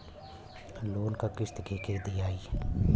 Loan क किस्त के के दियाई?